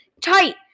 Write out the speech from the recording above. tight